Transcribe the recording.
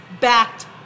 backed